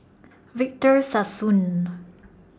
Victor Sassoon